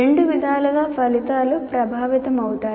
రెండు విధాలుగా ఫలితాలు ప్రభావితమవుతాయి